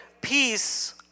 peace